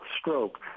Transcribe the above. stroke